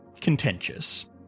contentious